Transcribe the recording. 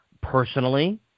Personally